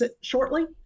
shortly